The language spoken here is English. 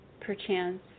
perchance